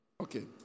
Okay